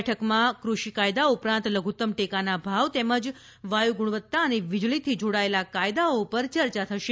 બેઠકમાં કૃષિ કાયદા ઉપરાંત લધુત્તમ ટેકાના ભાવ તેમજ વાયુ ગુણવતા અને વિજળીથી જોડાયેલા કાયદાઓ પર ચર્ચા થશે